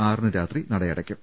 ആറിന് രാത്രി നടയടയ്ക്കും